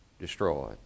destroyed